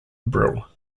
brill